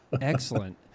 Excellent